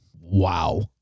Wow